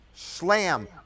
slam